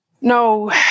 No